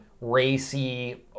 racy